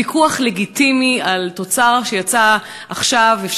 הוויכוח על תוצר שיצא עכשיו לגיטימי,